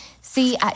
see